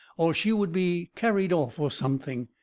or she would be carried off, or something.